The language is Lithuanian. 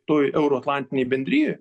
toj euroatlantinėj bendrijoj